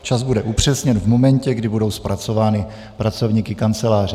Čas bude upřesněn v momentě, kdy budou zpracovány pracovníky Kanceláře.